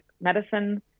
medicine